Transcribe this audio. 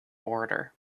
order